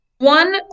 One